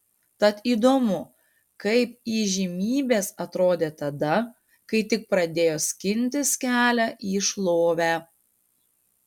tad įdomu kaip įžymybės atrodė tada kai tik pradėjo skintis kelią į šlovę